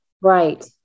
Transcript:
Right